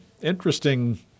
interesting